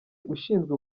ushinzwe